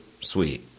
sweet